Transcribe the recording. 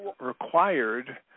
required